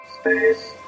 Space